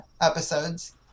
episodes